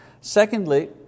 Secondly